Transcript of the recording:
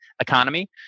economy